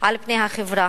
על פני החברה.